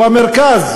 הוא המרכז.